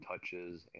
touches